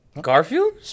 Garfield